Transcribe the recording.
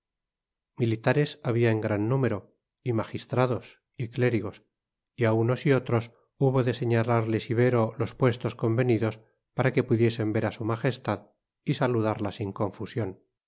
militares había en gran número y magistrados y clérigos y a unos y otros hubo de señalarles ibero los puestos convenidos para que pudiesen ver a su majestad y saludarla sin confusión